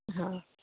ହଁ